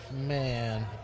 Man